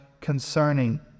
concerning